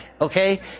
okay